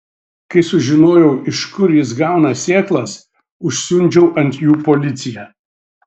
kai sužinojau iš kur jis gauna sėklas užsiundžiau ant jų policiją